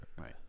Right